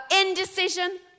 indecision